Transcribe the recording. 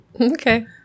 okay